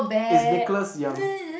is Nicholas-Yong